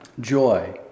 joy